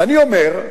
ואני אומר,